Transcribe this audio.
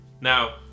Now